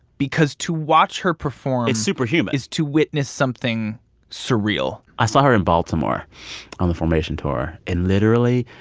because to watch her perform. it's superhuman. is to witness something surreal i saw her in baltimore on the formation tour and literally,